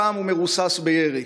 הפעם הוא מרוסס בירי.